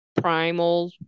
primal